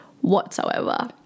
whatsoever